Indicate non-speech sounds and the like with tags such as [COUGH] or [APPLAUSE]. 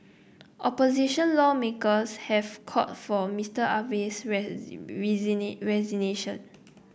opposition lawmakers have called for Mister Abe's [UNINTELLIGIBLE] [UNINTELLIGIBLE] resignation